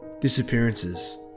disappearances